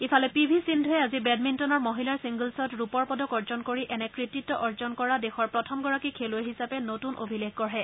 ইফালে P V সিঙ্ধুৱে আজি বেডমিণ্টনৰ মহিলাৰ চিংগলছত ৰূপৰ পদক অৰ্জন কৰি এনে কৃতিত্ব অৰ্জন কৰা দেশৰ প্ৰথমগৰাকী খেলুৱৈ হিচাপে নতুন অভিলেখ গঢ়ে